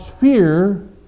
fear